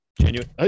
genuine